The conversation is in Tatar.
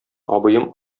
абыем